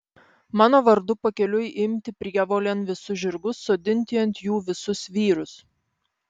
mano vardu pakeliui imti prievolėn visus žirgus sodinti ant jų visus vyrus